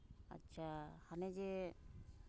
ᱟᱪᱪᱷᱟ ᱦᱟᱱᱮ ᱡᱮ